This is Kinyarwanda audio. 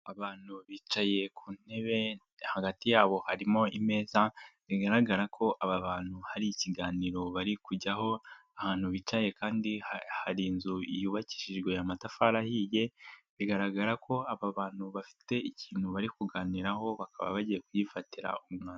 Abantu bicaye ku ntebe hagati yabo harimo ameza bigaragara ko aba bantu hari ikiganiro bari kuganiraho, ahantu bicaye kandi hari inzu yubakishijwe amatafari ahiye, bigaragara ko aba bantu bafite ikintu bari kuganiraho bakaba bagiye kugifatira umwanzu.